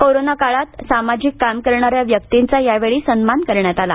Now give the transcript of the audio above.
corona काळात सामाजिक काम करणाऱ्या व्यक्तींचा यावेळी सन्मान करण्यात आला